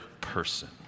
person